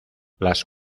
las